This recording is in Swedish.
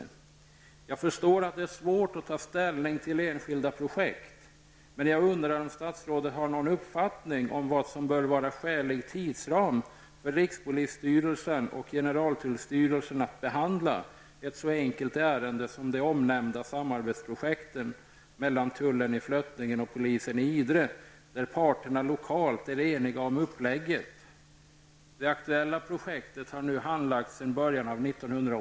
Jag förstår att det är svårt att ta ställning till enskilda projekt, men jag undrar om statsrådet har någon uppfattning om vad som bör vara skälig tidsram för rikspolisstyrelsen och generaltullstyrelsen att behandla ett så enkelt ärende som det omnämnda projektet avseende samarbete mellan tullen i Flötningen och polisen i Idre, där parterna lokalt är eniga om upplägg. Det aktuella projektet har nu handlagts sedan början av